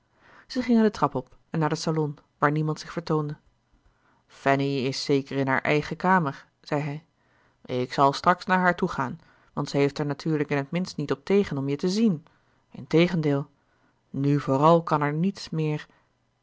zij gingen de trap op en naar den salon waar niemand zich vertoonde fanny is zeker in haar eigen kamer zei hij ik zal straks naar haar toegaan want zij heeft er natuurlijk in t minst niet op tegen om je te zien integendeel nu vooral kan er niets meer